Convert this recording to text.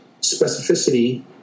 specificity